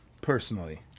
personally